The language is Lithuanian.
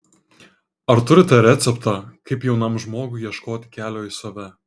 ar turite receptą kaip jaunam žmogui ieškoti kelio į save